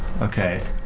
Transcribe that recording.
Okay